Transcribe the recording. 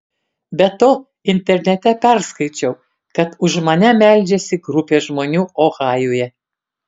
be to internete perskaičiau kad už mane meldžiasi grupė žmonių ohajuje